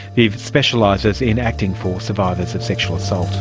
viv specialises in acting for survivors of sexual assault